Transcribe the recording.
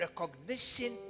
recognition